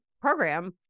program